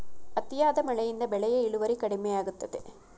ಅತಿಯಾದ ಮಳೆಯಿಂದ ಬೆಳೆಯ ಇಳುವರಿ ಕಡಿಮೆಯಾಗುತ್ತದೆ